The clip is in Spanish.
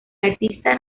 artista